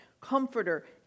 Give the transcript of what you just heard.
comforter